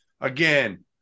again